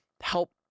help